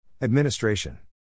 Administration